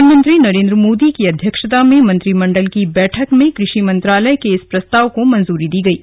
प्रधानमंत्री नरेंद्र मोदी की अध्यक्षता में मंत्रिमंडल की बैठक में कृषि मंत्रालय के इस प्रस्ताव को मंजूरी दी गई है